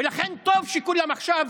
ולכן טוב שכולם עכשיו